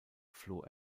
floh